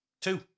two